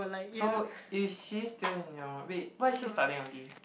so is she still in your wait what is she studying again